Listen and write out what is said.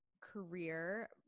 career